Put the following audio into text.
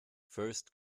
first